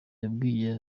yabwiye